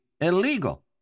illegal